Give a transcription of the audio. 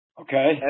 Okay